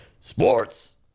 sports